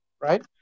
right